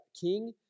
king